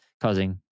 causing